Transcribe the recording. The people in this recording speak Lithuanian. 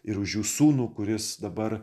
ir už jų sūnų kuris dabar